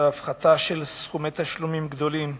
הפחתה של סכומי תשלומים גדולים,